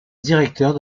directeur